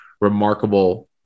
remarkable